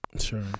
Sure